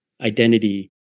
identity